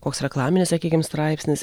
koks reklaminis sakykim straipsnis